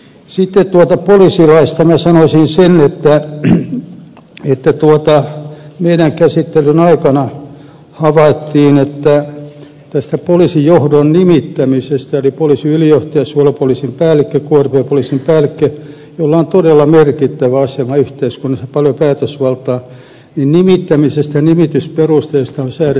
sitten poliisilaista minä sanoisin sen että meidän käsittelymme aikana havaittiin että poliisijohdon eli poliisiylijohtajan suojelupoliisin päällikön krpn päällikön joilla on todella merkittävä asema yhteiskunnassa paljon päätösvaltaa nimittämisestä ja nimitysperusteista on säädetty asetuksella